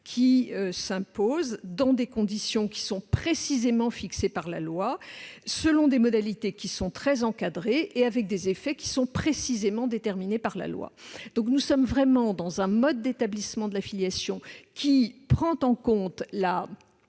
qui s'impose dans des conditions précisément fixées par la loi, selon des modalités très encadrées et avec des effets, eux aussi, précisément déterminés par la loi. Nous sommes vraiment dans un mode d'établissement de la filiation qui prend en compte la